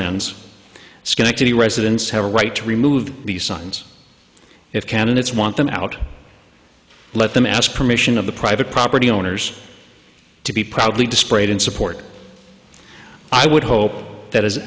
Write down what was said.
lan's schenectady residents have a right to remove the signs if candidates want them out let them ask permission of the private property owners to be proudly displayed in support i would hope that as